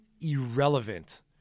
irrelevant